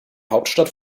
hauptstadt